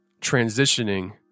transitioning